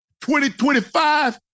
2025